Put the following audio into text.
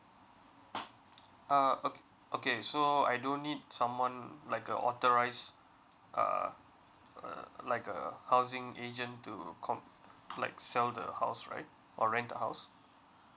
uh okay okay so I don't need someone like a authorise uh uh like uh housing agent to complete sell the house right or rent the house